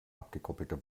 abgekoppelter